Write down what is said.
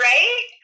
Right